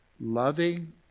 Loving